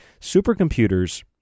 Supercomputers